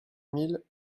mille